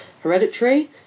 Hereditary